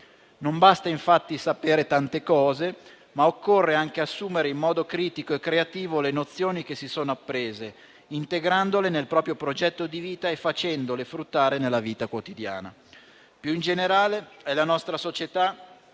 Non basta, infatti, sapere tante cose, ma occorre anche assumere in modo critico e creativo le nozioni che si sono apprese, integrandole nel proprio progetto di vita e facendole fruttare nella vita quotidiana. Più in generale, è la nostra società